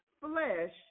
flesh